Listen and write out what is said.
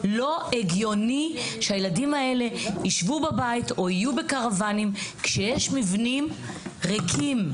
לא הגיוני שהילדים האלה יישבו בבית או יהיו בקרוואנים כשיש מבנים ריקים,